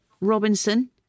Robinson